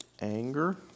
anger